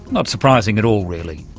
not surprising at all, really.